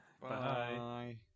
Bye